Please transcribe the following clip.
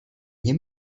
nie